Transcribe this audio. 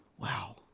Wow